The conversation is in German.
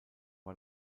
war